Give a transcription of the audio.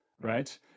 right